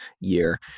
year